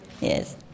Yes